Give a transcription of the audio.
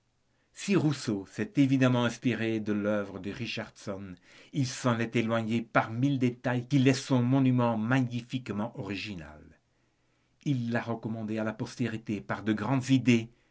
si rousseau s'est évidemment inspiré de l'œuvre de richardson il s'en est éloigné par mille détails qui laissent son monument magnifiquement original il l'a recommandé à la postérité par de grandes idées